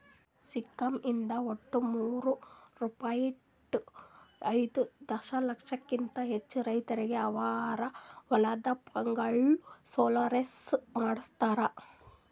scheme ಇಂದ ಒಟ್ಟು ಮೂರೂ ಪಾಯಿಂಟ್ ಐದೂ ದಶಲಕ್ಷಕಿಂತ ಹೆಚ್ಚು ರೈತರಿಗೆ ಅವರ ಹೊಲದ ಪಂಪ್ಗಳು ಸೋಲಾರೈಸ್ ಮಾಡಿಸ್ಯಾರ್